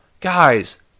Guys